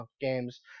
games